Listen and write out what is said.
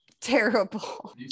terrible